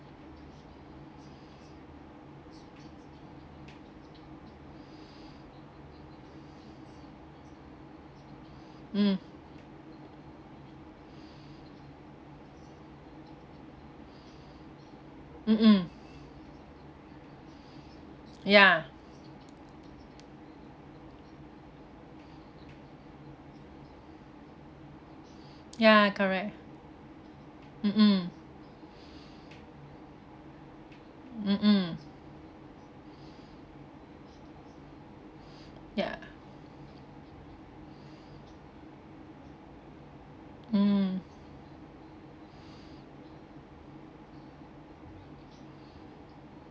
mm mm mm ya ya correct mm mm mm mm ya mm